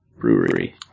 brewery